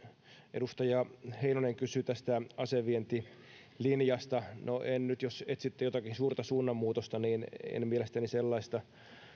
edustaja heinonen kysyi asevientilinjasta no nyt jos etsitte jotakin suurta suunnanmuutosta niin mielestäni sellaista